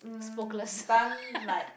spokeless